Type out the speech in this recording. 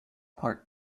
part